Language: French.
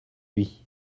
lui